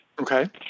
Okay